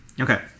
Okay